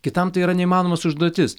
kitam tai yra neįmanomas užduotis